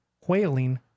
whaling